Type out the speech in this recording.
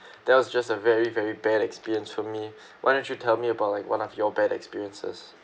that was just a very very bad experience for me why don't you tell me about like one of your bad experiences